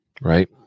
right